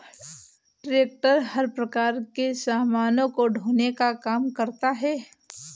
tractor हर प्रकार के सामानों को ढोने का काम करता है